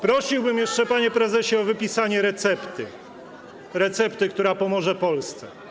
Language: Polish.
Prosiłbym jeszcze, panie prezesie, o wypisanie recepty, która pomoże Polsce.